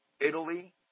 Italy